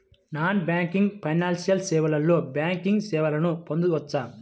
Non banking financial సేవలో banking సేవలను పొందవచ్చా?